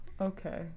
Okay